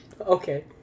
Okay